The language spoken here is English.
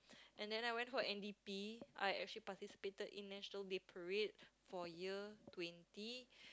and then I went for N_D_P I actually participated in National Day Parade for year twenty